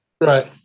Right